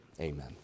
Amen